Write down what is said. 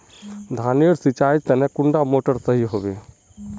धानेर नेर सिंचाईर तने कुंडा मोटर सही होबे?